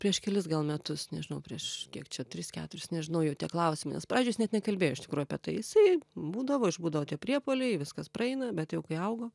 prieš kelis gal metus nežinau prieš kiek čia tris keturis nežinau jau tiek klausė nes pavyzdžiui is net nekalbėjo iš tikrųjų apie tai jisai būdavo išbūdavo tie priepuoliai viskas praeina bet jau kai augo